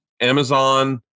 Amazon